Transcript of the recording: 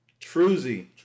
Truzy